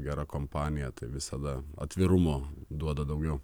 gera kompanija tai visada atvirumo duoda daugiau